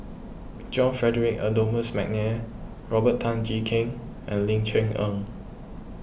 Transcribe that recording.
John Frederick Adolphus McNair Robert Tan Jee Keng and Ling Cher Eng